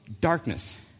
Darkness